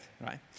right